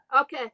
Okay